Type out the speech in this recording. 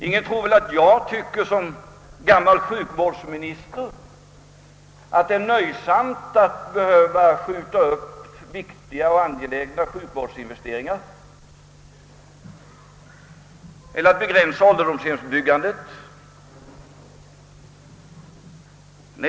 Ingen tror väl att jag som gammal sjukvårdsminister finner det trevligt att behöva skjuta upp viktiga och angelägna sjukvårdsinvesteringar eller begränsa ålderdomshemsbyggandet.